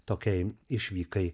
tokiai išvykai